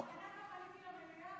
בכוונה גם עליתי למליאה,